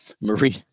Marie